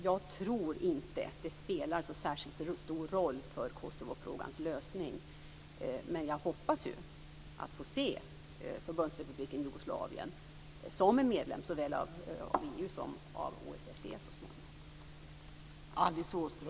Jag tror inte att det spelar så särskilt stor roll för Kosovofrågans lösning, men jag hoppas att så småningom få se Förbundsrepubliken Jugoslavien som en medlem såväl av EU som av OSSE.